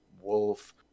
wolf